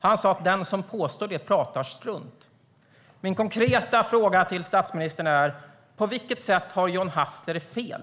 Han sa att den som påstår det pratar strunt. Min konkreta fråga till statsministern är: På vilket sätt har John Hassler fel?